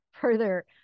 further